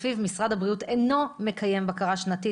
לפיו משרד הבריאות אינו מקיים בקרה שנתית,